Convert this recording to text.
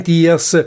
years